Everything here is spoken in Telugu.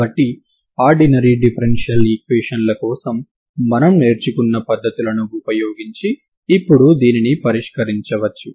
కాబట్టి ఆర్డినరీ డిఫరెన్షియల్ ఈక్వేషన్ల కోసం మనం నేర్చుకున్న పద్ధతులను ఉపయోగించి ఇప్పుడు దీనిని పరిష్కరించవచ్చు